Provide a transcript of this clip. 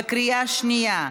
בקריאה שנייה.